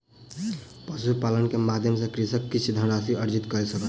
पशुपालन के माध्यम सॅ कृषक किछ धनराशि अर्जित कय सकल